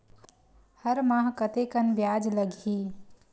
हर माह कतेकन ब्याज लगही?